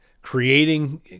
creating